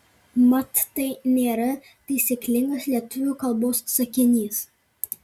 mat tai nėra taisyklingas lietuvių kalbos sakinys